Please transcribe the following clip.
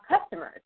customers